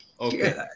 okay